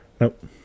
nope